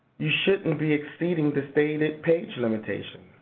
you shouldn't be exceeding the stated page limitation.